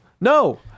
no